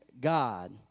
God